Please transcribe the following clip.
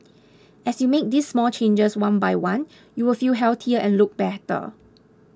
as you make these small changes one by one you will feel healthier and look better